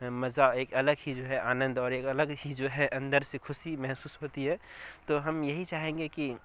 مزہ ایک الگ ہی جو ہے آنند اور ایک الگ ہی جو ہے اندر سے خوشی محسوس ہوتی ہے تو ہم یہی چاہیں گے کہ